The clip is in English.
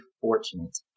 fortunate